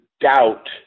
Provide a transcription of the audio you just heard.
doubt